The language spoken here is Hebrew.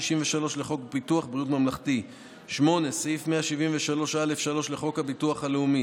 3. סעיף 5 לחוק איסור הפליית אנשים עם עיוורון המלווים